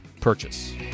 purchase